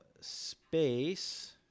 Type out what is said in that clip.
Space